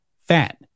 fat